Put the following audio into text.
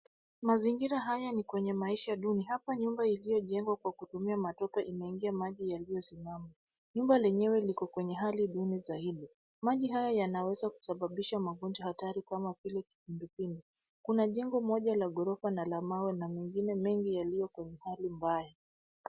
Mazingira haya ni kwenye maisha duni. Hapa nyumba iliyojengwa kwa kutumia matope imeingia maji yaliyosimama. Nyumba lenyewe liko kwenye hali duni zaidi. Maji haya yanaweza kusababisha magonjwa hatari kama vile kipindupindu. Kuna jengo moja la ghorofa na la mawe mengine mengi yaliyo kwenye hali mbaya.